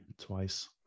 twice